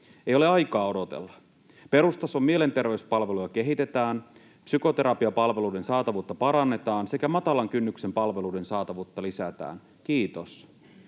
Ei ole aikaa odotella. Perustason mielenterveyspalveluja kehitetään, psykoterapiapalveluiden saatavuutta parannetaan sekä matalan kynnyksen palveluiden saatavuutta lisätään — kiitos.